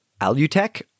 Alutech